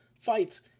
fights